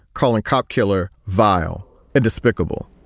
calling cop killer vile and despicable.